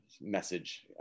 message